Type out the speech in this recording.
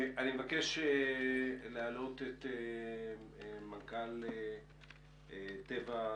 אני מבקש להעלות את מנכ"ל טבע-ס.ל.א,